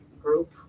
group